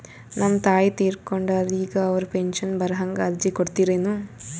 ನಮ್ ತಾಯಿ ತೀರಕೊಂಡಾರ್ರಿ ಈಗ ಅವ್ರ ಪೆಂಶನ್ ಬರಹಂಗ ಅರ್ಜಿ ಕೊಡತೀರೆನು?